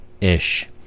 Ish